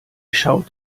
schaut